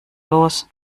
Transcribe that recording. los